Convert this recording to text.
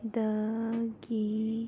ꯗꯒꯤ